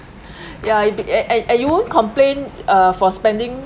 ya and and and you won't complain uh for spending